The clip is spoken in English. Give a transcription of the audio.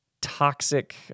toxic